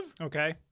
okay